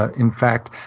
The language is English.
ah in fact,